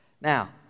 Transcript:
Now